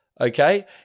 okay